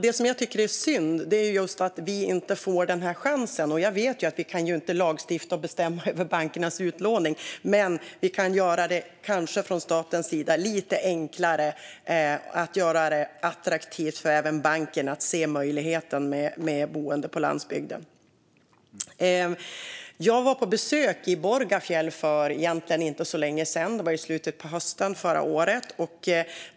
Det jag tycker är synd är just att vi inte får den här chansen. Jag vet att vi inte kan lagstifta och bestämma över bankernas utlåning, men vi kanske från statens sida kan göra det hela lite enklare genom att se till att det blir attraktivt även för banken att se möjligheten med boende på landsbygden. Jag var på besök i Borgafjäll för inte så länge sedan; det var i slutet på hösten förra året.